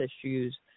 issues